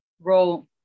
role